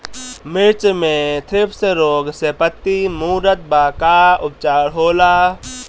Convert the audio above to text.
मिर्च मे थ्रिप्स रोग से पत्ती मूरत बा का उपचार होला?